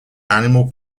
animal